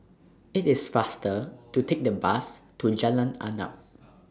IT IS faster to Take The Bus to Jalan Arnap